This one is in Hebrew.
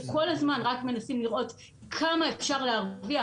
שכל הזמן רק מנסים לראות כמה אפשר להרוויח